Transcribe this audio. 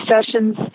sessions